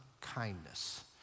kindness